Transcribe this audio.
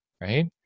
right